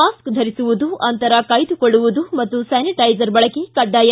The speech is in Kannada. ಮಾಸ್ಕ್ ಧರಿಸುವುದು ಅಂತರ ಕಾಯ್ದುಕೊಳ್ಳುವುದು ಮತ್ತು ಸ್ಥಾನಿಟೈಸರ್ ಬಳಕೆ ಕಡ್ಡಾಯ